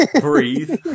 breathe